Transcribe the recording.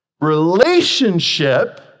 Relationship